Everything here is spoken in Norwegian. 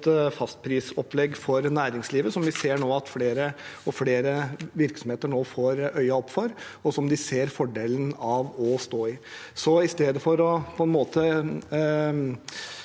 fastprisopplegg for næringslivet, som vi ser at flere og flere virksomheter nå får øynene opp for, og som de ser fordelen av å stå i. Så i stedet for å innføre